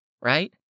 Right